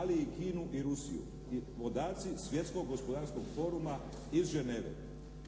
ali i Kinu i Rusiju i podaci Svjetskog gospodarskog foruma iz Ženeve.